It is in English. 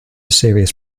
serious